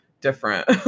different